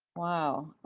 wow.